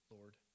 Lord